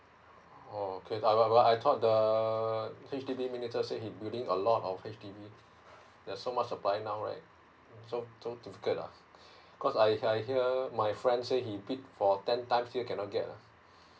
oh okay but but I thought the err H_D_B minister said he's building a lot of H_D_B there's so much supply now right so so difficult lah cause I I hear my friend say he bid for ten times still cannot get lah